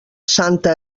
santa